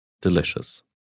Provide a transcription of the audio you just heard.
Delicious